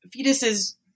fetuses